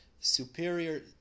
superior